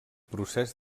procés